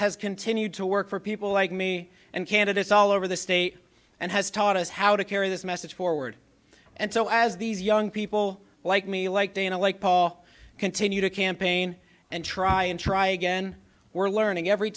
has continued to work for people like me and candidates all over the state and has taught us how to carry this message forward and so as these young people like me like dana like paul continue to campaign and try and try again we're learning every